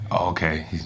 Okay